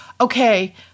Okay